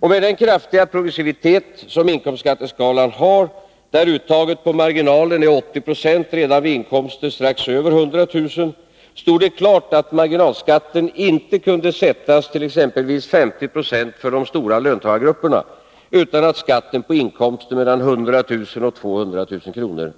Med den kraftiga progressivitet som inkomstskatteskalan har, där uttaget på marginalen är 80 26 redan vid inkomster strax över 100 000, stod det klart att marginalskatten inte kunde sättas till exempelvis 50 > för de stora löntagargrupperna utan att skatten på inkomster mellan 100 000 och 200 000 kr.